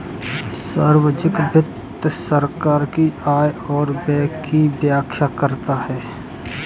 सार्वजिक वित्त सरकार की आय और व्यय की व्याख्या करता है